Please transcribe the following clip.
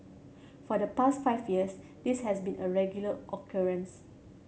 for the past five years this has been a regular occurrence